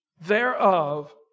thereof